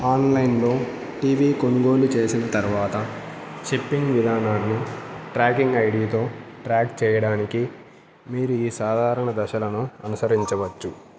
ఆన్లైన్లో టీవీ కొనుగోలు చేసిన తర్వాత షిప్పింగ్ విధానాన్ని ట్రాకింగ్ ఐడితో ట్రాక్ చేయడానికి మీరు ఈ సాధారణ దశలను అనుసరించవచ్చు